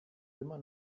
immer